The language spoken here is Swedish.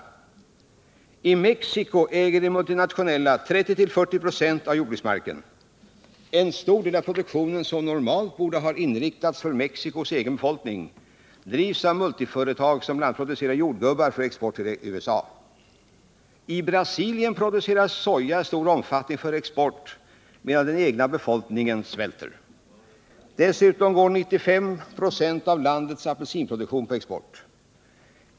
I Mexico äger de multinationella företagen 30-40 96 av jordbruksmarken. En stor del av produktionen — som normalt borde ha inriktats för Mexicos egen befolkning — drivs av multinationella företag som bl.a. producerar jordgubbar för export till USA. I Brasilien produceras soja i stor omfattning för export, medan den egna befolkningen svälter. Dessutom går 95 96 av landets apelsinproduktion på export.